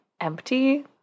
empty